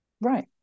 right